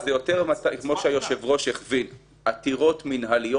יותר מורכבים מזה.